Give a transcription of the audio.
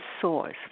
source